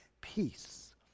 peace